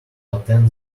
attend